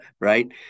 right